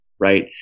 right